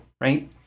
Right